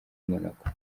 monaco